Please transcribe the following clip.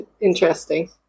interesting